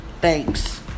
thanks